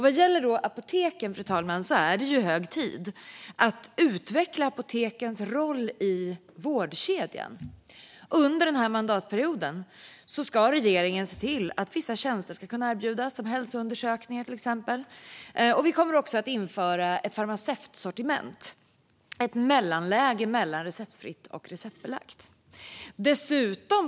Vad gäller apoteken vill jag säga att det är hög tid att utveckla deras roll i vårdkedjan. Under den här mandatperioden ska regeringen se till att vissa tjänster ska kunna erbjudas, till exempel hälsoundersökningar. Vi kommer också att införa ett farmaceutsortiment, ett mellanläge mellan receptfritt och receptbelagt.